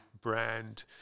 brand